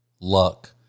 luck